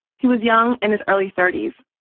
he was young, in his early thirty s.